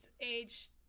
age